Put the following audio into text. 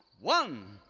one!